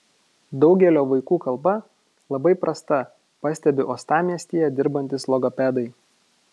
daugelio vaikų kalba labai prasta pastebi uostamiestyje dirbantys logopedai